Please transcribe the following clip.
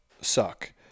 suck